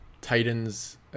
Titans